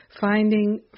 Finding